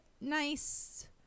nice